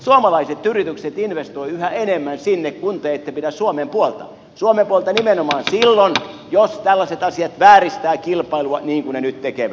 suomalaiset yritykset investoivat yhä enemmän sinne kun te ette pidä suomen puolta suomen puolta nimenomaan silloin jos tällaiset asiat vääristävät kilpailua niin kuin ne nyt tekevät